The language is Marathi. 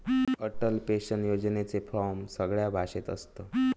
अटल पेंशन योजनेचे फॉर्म सगळ्या भाषेत असत